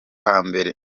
hambere